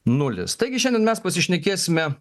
nulis taigi šiandien mes pasišnekėsime